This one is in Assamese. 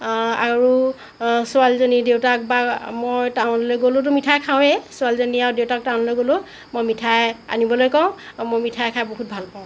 আৰু ছোৱালীজনী দেউতাক বা মই টাউনলৈ গ'লেতো মিঠাই খাওঁৱেই ছোৱালীজনী আৰু দেউতাক টাউনলৈ গ'লেও মই মিঠাই আনিবলৈ কওঁ আৰু মই মিঠাই খাই বহুত ভাল পাওঁ